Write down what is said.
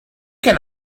can